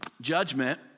Judgment